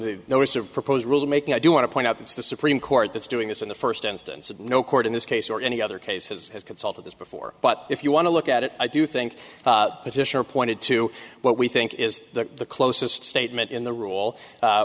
the notice of proposed rulemaking i do want to point out it's the supreme court that's doing this in the first instance and no court in this case or any other cases has consulted this before but if you want to look at it i do think petitioner pointed to what we think is the closest statement in the rule